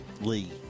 Lee